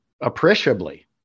appreciably